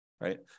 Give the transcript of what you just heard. right